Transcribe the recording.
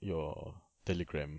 your Telegram